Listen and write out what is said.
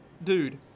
dude